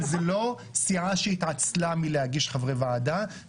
זאת לא סיעה שהתעצלה מלהגיש חברי ועדה,